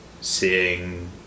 seeing